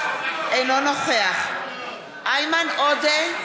אינו נוכח איימן עודה,